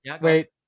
Wait